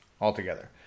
altogether